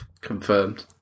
confirmed